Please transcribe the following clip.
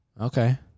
Okay